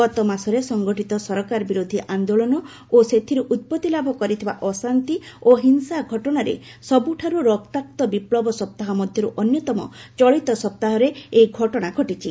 ଗତମାସରେ ସଂଗଠିତ ସରକାର ବିରୋଧୀ ଆନ୍ଦୋଳନ ଓ ସେଥିରୁ ଉତ୍ପତ୍ତି ଲାଭ କରିଥିବା ଅଶାନ୍ତି ଓ ହିଂସା ଘଟଣାରେ ସବୁଠାରୁ ରକ୍ତାକ୍ତ ବିପ୍ଳବ ସପ୍ତାହ ମଧ୍ୟରୁ ଅନ୍ୟତମ ଚଳିତ ସପ୍ତାହରେ ଏହି ଘଟଣା ଘଟିଛି